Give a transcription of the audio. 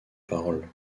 parole